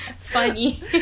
funny